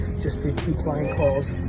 just did two client calls.